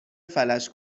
فلج